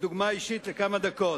לדוגמה אישית לכמה דקות.